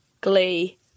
Glee